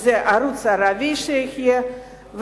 ערוץ ערבי שיהיה,